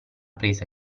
presa